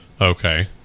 okay